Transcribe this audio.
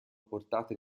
portate